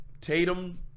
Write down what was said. Tatum